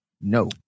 No